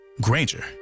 Granger